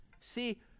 See